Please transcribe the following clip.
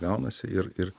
gaunasi ir ir